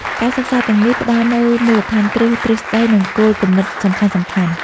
ការសិក្សាទាំងនេះផ្តល់នូវមូលដ្ឋានគ្រឹះទ្រឹស្តី និងគោលគំនិតសំខាន់ៗ។